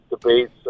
debates